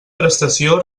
prestació